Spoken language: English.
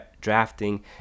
drafting